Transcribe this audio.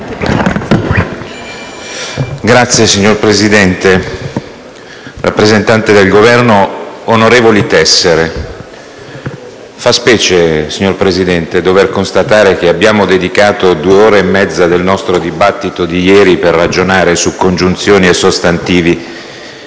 Signor Presidente, signori rappresentanti del Governo, onorevoli tessere, fa specie dover constatare che abbiamo dedicato due ore e mezza del nostro dibattito di ieri per ragionare su congiunzioni e sostantivi